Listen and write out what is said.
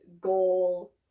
goal